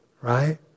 right